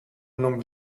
non